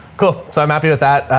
cool. so i'm happy with that. ah,